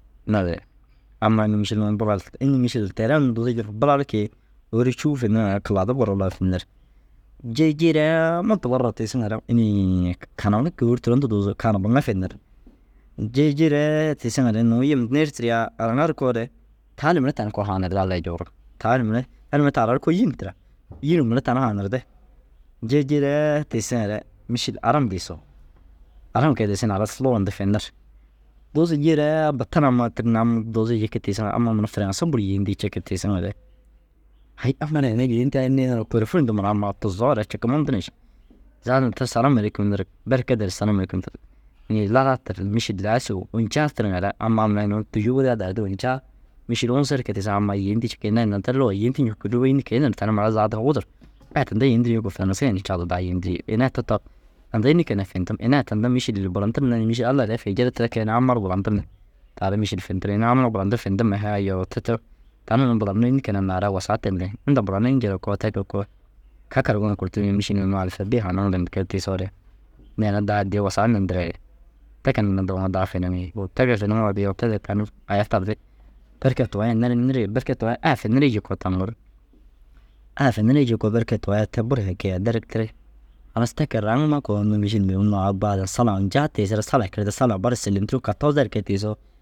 Naazire amma unnu mîšil unnu Bulal înni mîšil teere unnu duuzu jiŋa bulal kii ôora cûu finirŋare kilaadi bulala u finir. Jii jiiree muda marra tiisiŋare inii Kamebu kii ôor turon du duuzu kanebuŋa finir. Jii jiiree tiisiŋare nuu yim nii ru tiriyaa araŋa ru koore taali mire tani koo haanirdi Allai juurug. Taali mire taali mire taara ru koo yîn tira. Yînuu mire tani haanirdi. Jii jiiree tiisiŋare mîšil aram diisu. Aram kee diisi ni halas luga huntuu finir. Duuzujiiree batan ammaa tir ni am duuzu jiki tiisiŋa amma furãse buru yêentii ciki tiisiŋare hêyi amma ara ina yêentigaa înnee niroore tôrofon di mura amma tuzoo ra ciki. Muntu na ši zaadin tir salamakum nirig. Berke der salamakum fa inii laraa tir mîšil laisuu ôljaa tiriŋare ammaa mura nuu tûjur wudurugaa dagirdi ôljaa mîšil ũũzer kee tiisiŋare amma yêetii cikii ini ai ninda lugaa yêentii ncikuu luga înni kee nir tani mura ru zaadin mudur. Ai tinda yêendirii jikuu furãse ini caadintu daa yêendirii jiki. Ini ai toto indai înni keene ru fintum? Ini ai tinda mîšil burantir na ni mîšil Allai fi jidirtireene amma ru burantir ni taara mîšil fintir. Ini amma burantim hee yoo teto tani unnu buraniroo înni keene ru naarai wusaa tendiŋ? Inda buranii njire koo te kee koo kakar gonu kurtum ni mîšil unnu alfabê haaniŋire kee tiisoore neere daa addii wasaa nindireere te keene ru daŋoo daa finiŋii. Wo te kee ru fiŋoo di iyoo te kee tani aya tardi. Berkee tuwai ye nirin nirigee berkee tuwai ye ai finirii jii koo taŋur. Ai finirii jii koo taŋur, ai finirii jii koo berke ye tuwai ye te buru hee kiyai terig tirig. Halas te kee raŋime koo unnu mîšil lu unnu au baadir sala ôljaa tiisire sala kirde sala ru bara sêlentiroo katorozer kee tiisoo